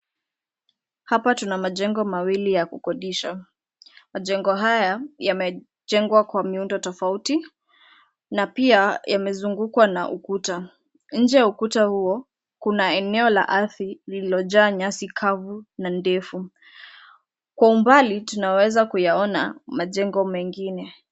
Hapa tuna majengo mawili ya kukodisha, Majengo haya yamejengwa kwa miundo tofauti ,na pia yamezungukwa na ukuta. Nje ya ukuta huo Kuna eneo la ardhi ,lililojaa nyasi kavu na ndefu. Kwa umbali tunaweza kuyaona majengo mengine .